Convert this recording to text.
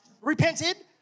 repented